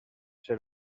ser